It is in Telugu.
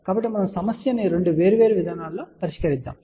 కాబట్టి మనము ఈ సమస్యను రెండు వేర్వేరు విధానాలలో పరిష్కరించబోతున్నాము